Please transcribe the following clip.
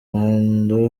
ruhando